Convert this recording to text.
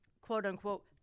quote-unquote